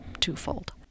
twofold